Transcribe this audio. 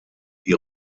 wie